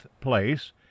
place